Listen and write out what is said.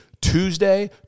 Tuesday